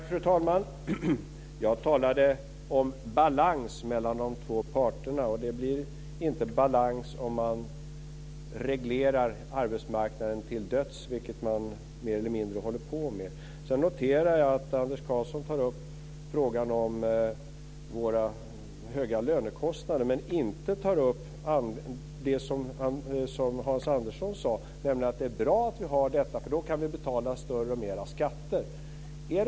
Fru talman! Jag talade om balans mellan de två parterna. Det blir inte balans om man reglerar arbetsmarknaden till döds, vilket man mer eller mindre håller på med. Jag noterar att Anders Karlsson tar upp frågan om våra höga lönekostnader men inte tar upp det som Hans Andersson sade, nämligen att det är bra för då går det att betala mer skatter.